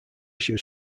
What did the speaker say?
issue